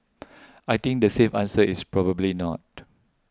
I think the safe answer is probably not